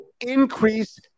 increase